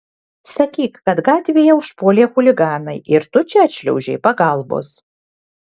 sakyk kad gatvėje užpuolė chuliganai ir tu čia atšliaužei pagalbos